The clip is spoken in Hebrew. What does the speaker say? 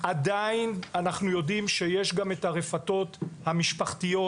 עדיין אנחנו יודעים שיש גם את הרפתות המשפחתיות